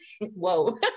whoa